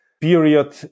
period